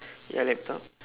ya laptop